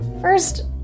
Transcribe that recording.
First